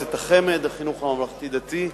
מועצת החמ"ד, החינוך הממלכתי-דתי,